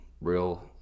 real –